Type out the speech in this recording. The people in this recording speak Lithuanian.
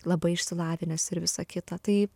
labai išsilavinęs ir visa kita tai